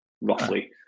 roughly